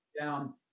down